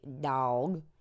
dog